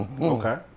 Okay